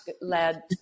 led